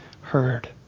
heard